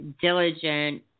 diligent